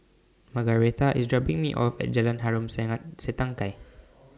Margaretha IS dropping Me off At Jalan Harom Setangkai